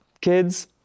kids